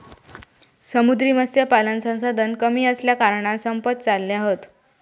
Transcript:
समुद्री मत्स्यपालन संसाधन कमी असल्याकारणान संपत चालले हत